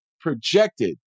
projected